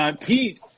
Pete